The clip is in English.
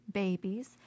babies